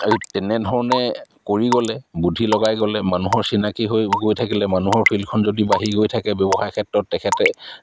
এই তেনেধৰণে কৰি গ'লে বুদ্ধি লগাই গ'লে মানুহৰ চিনাকি হৈ গৈ থাকিলে মানুহৰ ফিল্ডখন যদি বাঢ়ি গৈ থাকে ব্যৱসাৰ ক্ষেত্ৰত তেখেতে